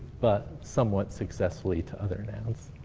but somewhat successfully to other nouns.